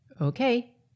Okay